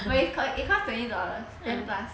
but it cost twenty dollars and plus